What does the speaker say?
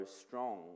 strong